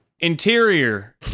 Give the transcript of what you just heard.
Interior